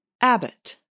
Abbott